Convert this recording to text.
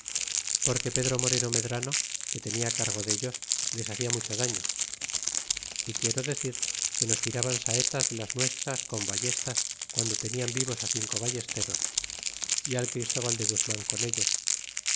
porque pedro moreno medran que tenia cargo dellos les hacia mucho daño y quiero decir que nos tiraban saetas de las nuestras con ballestas guando tenian vivos cinco ballesteros y al christóbal de guzman con ellos